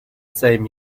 same